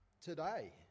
today